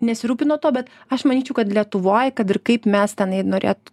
nesirūpino tuo bet aš manyčiau kad lietuvoj kad ir kaip mes tenai norėt